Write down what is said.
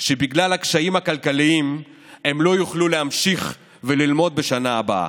שבגלל הקשיים הכלכליים הם לא יוכלו להמשיך וללמוד בשנה הבאה.